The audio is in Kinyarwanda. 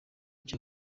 cya